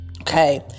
okay